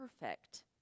perfect